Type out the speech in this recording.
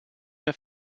mehr